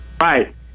Right